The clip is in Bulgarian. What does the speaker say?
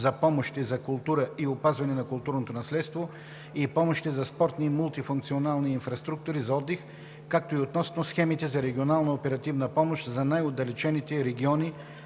за помощи за култура и опазване на културното наследство и помощи за спортни и мултифункционални инфраструктури за отдих, както и относно схемите за регионална оперативна помощ за най-отдалечените региони